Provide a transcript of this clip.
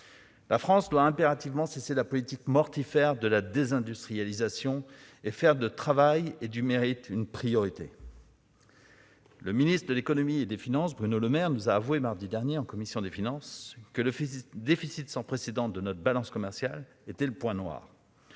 La France doit impérativement cesser la politique mortifère de la désindustrialisation et faire du travail et du mérite une priorité. Mardi dernier, le ministre de l'économie et des finances, Bruno Le Maire, nous a avoué, en commission des finances, que le déficit sans précédent de notre balance commerciale était le point noir,